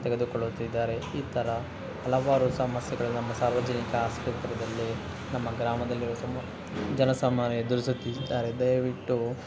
ತೆಗೆದುಕೊಳ್ಳುತ್ತಿದ್ದಾರೆ ಈ ಥರ ಹಲವಾರು ಸಮಸ್ಯೆಗಳು ನಮ್ಮ ಸಾರ್ವಜನಿಕ ಆಸ್ಪತ್ರೆದಲ್ಲಿ ನಮ್ಮ ಗ್ರಾಮದಲ್ಲಿರುವ ಸಮ ಜನಸಾಮಾನ್ಯರು ಎದುರಿಸುತ್ತಿದ್ದಾರೆ ದಯವಿಟ್ಟು